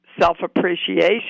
self-appreciation